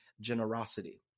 generosity